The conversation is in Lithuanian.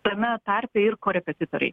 tame tarpe ir korepetitoriai